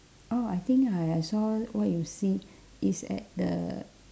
oh I think I I saw what you see is at the